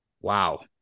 wow